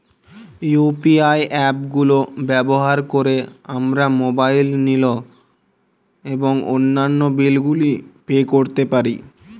UPI app গুলো ব্যবহার করে আমরা মোবাইল নিল এবং অন্যান্য বিল গুলি পে করতে পারি